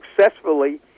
successfully